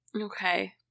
Okay